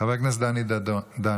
חבר הכנסת דני דנון,